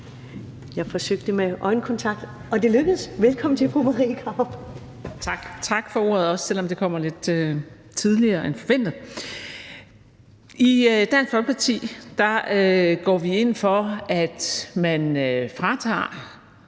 jeg forsøgte med øjenkontakt – og det lykkedes! Velkommen til fru Marie Krarup. Kl. 13:36 (Ordfører) Marie Krarup (DF): Tak for ordet, også selv om det kommer lidt tidligere end forventet. I Dansk Folkeparti går vi ind for, at man fratager